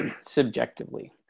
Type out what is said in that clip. subjectively